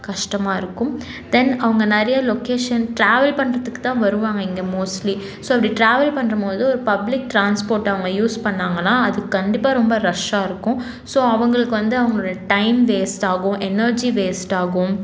கஷ்டமாக இருக்கும் தென் அவங்க நிறையா லொக்கேஷன் ட்ராவல் பண்றதுக்குத்தான் வருவாங்க இங்கே மோஸ்ட்லி ஸோ அப்படி டிராவல் பண்ணும்போது ஒரு பப்ளிக் ட்ரான்ஸ்போர்ட்டை அவங்க யூஸ் பண்ணாங்கனால் அது கண்டிப்பாக ரொம்ப ரஷ்ஷாக இருக்கும் ஸோ அவங்களுக்கு வந்து அவங்களுடைய டைம் வேஸ்ட் ஆகும் எனர்ஜி வேஸ்ட் ஆகும்